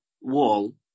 wall